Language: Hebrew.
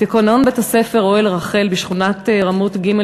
בתקנון בית-הספר "אוהל רחל" בשכונת רמות ג'